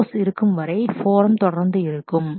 course இருக்கும் வரை போரோம் தொடர்ந்து இருக்கும்